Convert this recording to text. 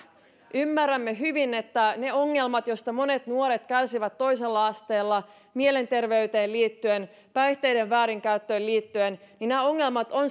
ymmärrämme hyvin että ne ongelmat joista monet nuoret kärsivät toisella asteella mielenterveyteen liittyen päihteiden väärinkäyttöön liittyen ovat